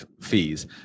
fees